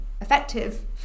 effective